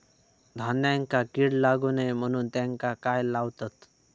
धान्यांका कीड लागू नये म्हणून त्याका काय लावतत?